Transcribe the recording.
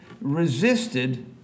resisted